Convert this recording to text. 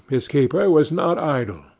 his keeper was not idle,